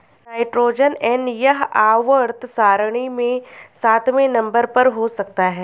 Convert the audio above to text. nitrogen N यह आवर्त सारणी में सातवें नंबर पर हो सकता है